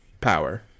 power